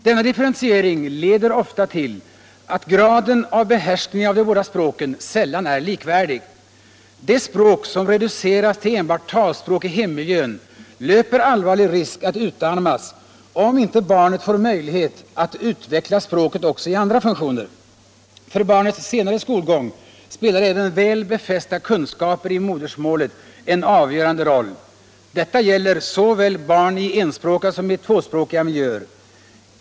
Denna differentiering leder ofta till att graden av behärskning av de båda språken sällan är likvärdig. Det språk som reduceras till enbart talspråk i hemmiljön löper allvarlig risk att utarmas, om inte barnet får möjlighet att utveckla språket också i andra funktioner. För barnets senare skolgång spelar även väl befästa kunskaper i modersmålet en avgörande roll; detta gäller såväl barn i enspråkiga som i tvåspråkiga miljöer.